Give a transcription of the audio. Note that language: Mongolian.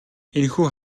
энэхүү